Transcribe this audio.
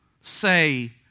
say